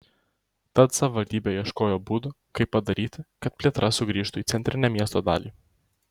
tad savivaldybė ieškojo būdų kaip padaryti kad plėtra sugrįžtų į centrinę miesto dalį